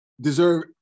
deserve